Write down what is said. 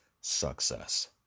success